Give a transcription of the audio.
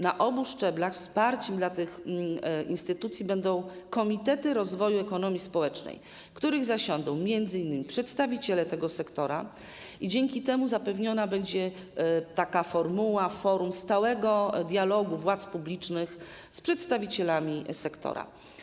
Na obu szczeblach wsparciem dla tych instytucji będą Komitety Rozwoju Ekonomii Społecznej, w których zasiądą m.in. przedstawiciele tego sektora i dzięki temu zapewniona będzie taka formuła forum stałego dialogu władz publicznych z przedstawicielami sektora.